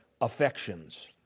affections